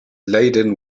laden